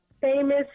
famous